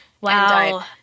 Wow